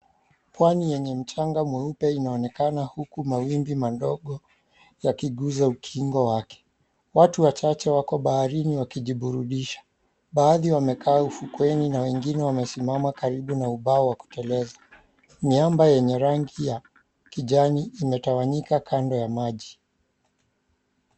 Pwani yenye mchanga mweupe inaonekana huku mawimbi madogo yakigusa ukingo wake. Watu wachache wako baharini wakijiburudisha. Baadhi wamekaa ufukweni na wengine wamesimama karibu na ubao wa kuteleza. Miamba yenye rangi ya kijani imetawanyika kando ya maji.